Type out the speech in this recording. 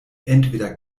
entweder